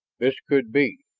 this could be,